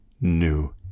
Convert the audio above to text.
new